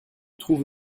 trouves